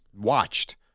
watched